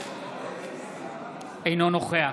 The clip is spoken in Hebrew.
אינו נוכח